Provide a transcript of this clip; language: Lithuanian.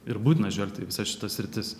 ir būtina žvelgti į visas šitas sritis